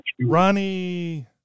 Ronnie